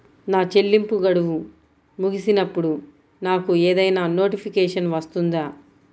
నా చెల్లింపు గడువు ముగిసినప్పుడు నాకు ఏదైనా నోటిఫికేషన్ వస్తుందా?